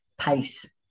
pace